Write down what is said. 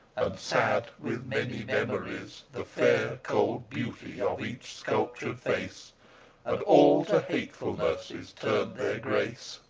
sad with many memories, the fair cold beauty of each sculptured face and all to hatefulness is turned their grace,